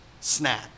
Snap